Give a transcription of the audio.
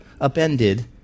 upended